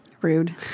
Rude